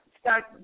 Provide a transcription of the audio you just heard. start